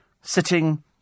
sitting